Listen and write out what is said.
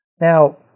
Now